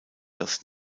das